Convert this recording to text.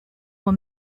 were